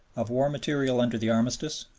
of war material under the armistice,